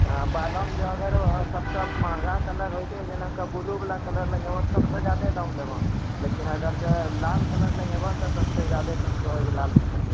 बालोमे जँ अगर सबसँ महँगा कलर होइ छै जेना ब्लू वला कलर लगेबऽ तऽ सबसँ जादे दाम लेबऽ लेकिन अगर जे लाल कलर लगेबऽ तऽ सबसँ जादे सस्तो होइ छै लाल कलर